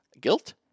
Guilt